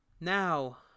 Now